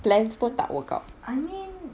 plans pun tak work out